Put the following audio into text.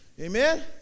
Amen